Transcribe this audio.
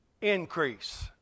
increase